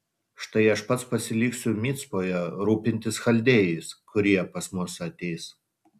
štai aš pats pasiliksiu micpoje rūpintis chaldėjais kurie pas mus ateis